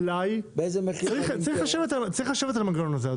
צריך לשבת על המנגנון הזה.